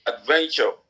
adventure